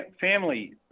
Family